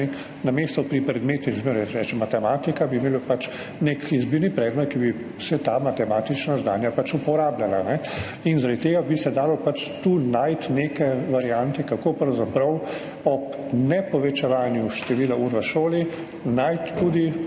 Namesto pri predmetih, jaz zmeraj rečem matematika, bi imeli pač nek izbirni predmet, kjer bi se ta matematična znanja pač uporabljala. In zaradi tega bi se dalo pač tu najti neke variante, kako pravzaprav ob nepovečevanju števila ur v šoli najti tudi